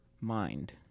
mind